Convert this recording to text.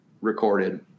recorded